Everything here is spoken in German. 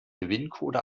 gewinncode